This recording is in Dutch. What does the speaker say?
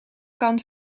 kant